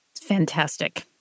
Fantastic